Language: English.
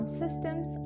systems